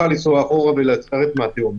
יוכל לנסוע אחורה ולרדת מהתהום.